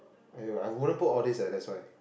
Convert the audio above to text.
!aiyo! I wouldn't put all this leh that's why